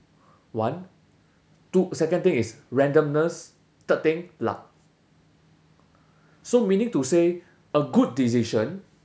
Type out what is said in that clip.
one two second thing is randomness third thing luck so meaning to say a good decision